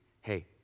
Hey